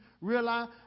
realize